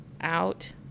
out